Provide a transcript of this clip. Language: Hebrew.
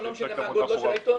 לא משנה מה גודלו של העיתון?